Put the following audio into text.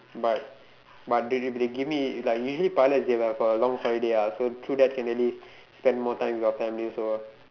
but but if they give me like usually pilot they will have a long holiday ah so through that can really spend more time with your family also ah